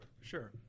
sure